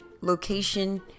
location